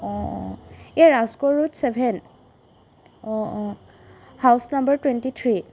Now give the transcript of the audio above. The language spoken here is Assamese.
অঁ অঁ এই Rajgarh road seven uh uh house number twenty three